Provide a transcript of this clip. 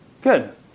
Good